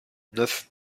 neuf